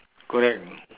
correct